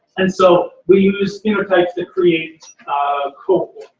and so we use phenotypes that create cohorts.